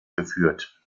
geführt